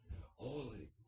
holy